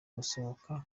gusohoka